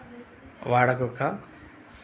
వాడకొక